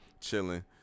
chilling